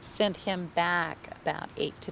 sent him back that eight to